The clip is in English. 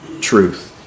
truth